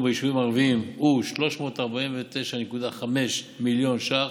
ביישובים ערביים הוא 349.5 מיליון ש"ח.